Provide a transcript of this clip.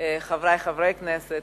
חברי חברי הכנסת,